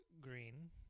green